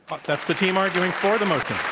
but that's the team arguing for the motion.